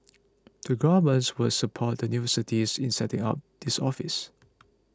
the governments will support the universities in setting up this office